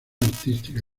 artística